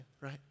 Right